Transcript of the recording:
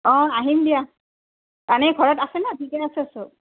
অঁ আহিম দিয়া এনেই ঘৰত আছেনে ঠিকে আছে সব